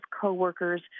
coworkers